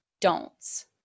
don'ts